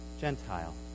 Gentile